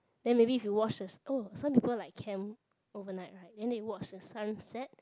then maybe if you watch the oh some people like camp overnight right then they watch the sunset